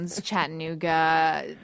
Chattanooga